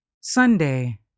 Sunday